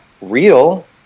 real